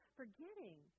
forgetting